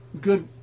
good